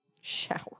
Shower